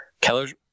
Keller's